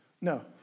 No